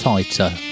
Tighter